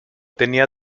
tenía